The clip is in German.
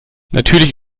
natürlich